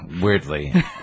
Weirdly